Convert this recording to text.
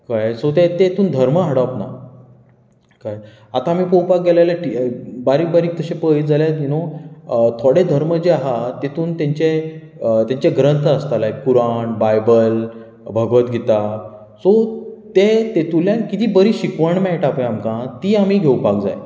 कळ्ळें सो तें तेतून धर्म हाडप ना कळ्ळें आतां आमी पोवपाक गेलें आल्या बारीक बारीक तशें पळयत जाल्यार यू नो थोडे धर्म जे आहा तेतून तेंचें तेंचें ग्रंथ आसता like Quran Bible Bhagavad Gita so तें तेतुंतल्यान कितें बरी शिकवण मेळटा पळय आमकां ती आमी घेवपाक जाय कळ्ळें